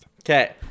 Okay